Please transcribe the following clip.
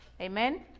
Amen